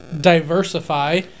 diversify